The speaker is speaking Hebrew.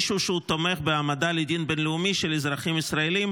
למישהו שקרא פומבית להטלת חרם על מדינת ישראל,